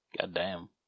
Goddamn